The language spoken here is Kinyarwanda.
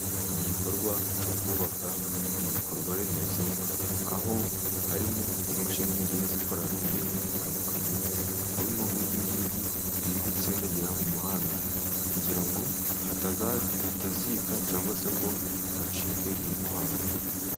Igikorwa cyo kubaka ibikorwaremezo aho harimo imashini zigiye zikora imirimo itandukanye, harimo nk'ingiyi iri gutsindagira umuhanda kugira ngo hatazika cyangwa se ngo hacike inkangu.